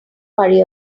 worry